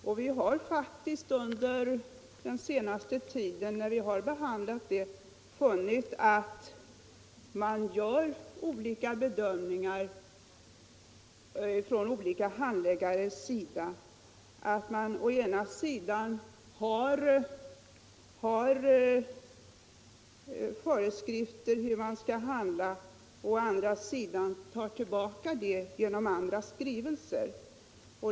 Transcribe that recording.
Och när vi behandlat ärenden under den senaste tiden har vi funnit att olika handläggare gör olika bedömningar. Det finns föreskrifter för behandlingen av ett ärende, men det tar man tillbaka i andra skrivelser.